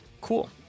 cool